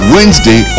Wednesday